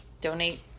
donate